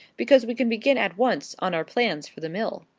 because we can begin at once on our plans for the mill.